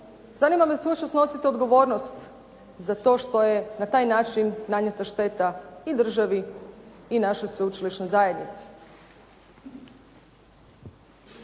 zanima me tko će snositi odgovornost za to što je na taj način nanesena šteta i državi i našoj sveučilišnoj zajednici.